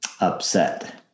upset